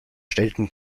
stellten